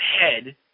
head